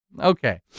Okay